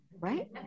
right